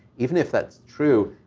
even if that's true,